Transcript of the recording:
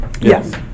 Yes